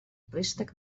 préstec